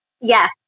Yes